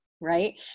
right